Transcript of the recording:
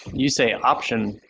you say option,